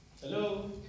Hello